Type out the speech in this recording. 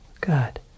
Good